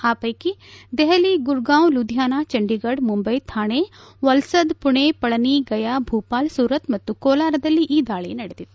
ಆ ವೈಕಿ ದೆಹಲಿ ಗುರ್ಗಾವ್ ಲೂಧಿಯಾನ ಚಂಡಿಗಢ ಮುಂಬೈ ಥಾಣೆ ವಲ್ಲದ್ ಮಣೆ ಪಳನಿ ಗಯಾ ಭೂಪಾಲ್ ಸೂರತ್ ಮತ್ತು ಕೋಲಾರದಲ್ಲಿ ಈ ದಾಳಿ ನಡೆದಿತ್ತು